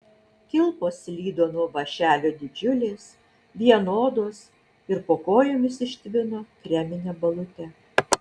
kilpos slydo nuo vąšelio didžiulės vienodos ir po kojomis ištvino kremine balute